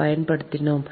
பயன்படுத்தினோம்